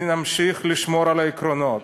נמשיך לשמור על העקרונות.